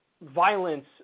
violence